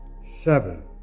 seven